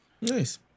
Nice